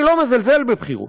אני לא מזלזל בבחירות,